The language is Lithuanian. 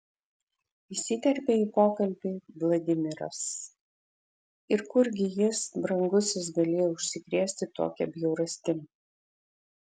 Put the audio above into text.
įsiterpė į pokalbį vladimiras ir kurgi jis brangusis galėjo užsikrėsti tokia bjaurastim